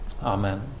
Amen